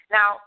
Now